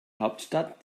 hauptstadt